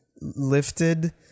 lifted